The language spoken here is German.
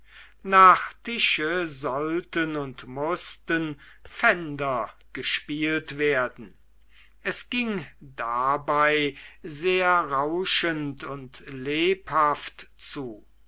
nach tische sollten und mußten pfänder gespielt werden es ging dabei sehr rauschend und lebhaft zu